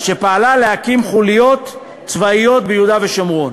שפעלה להקים חוליות צבאיות ביהודה ושומרון.